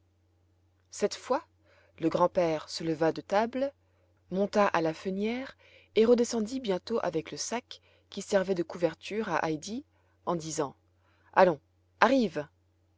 cette fois le grand-père se leva de table monta à la fenière et redescendit bientôt avec le sac qui servait de couverture à heidi en disant allons arrive